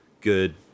good